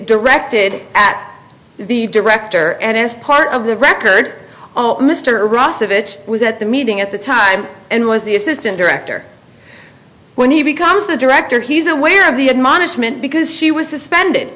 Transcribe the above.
directed at the director and as part of the record oh mr ross of it was at the meeting at the time and was the assistant director when he becomes the director he's aware of the admonishment because she was suspended